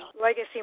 Legacy